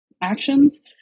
actions